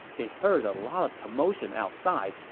they heard a lot of commotion outside,